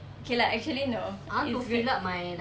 okay lah actually no it's good